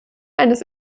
eines